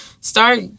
start